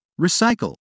recycle